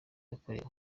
yakorewe